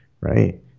right